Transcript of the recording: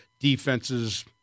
defense's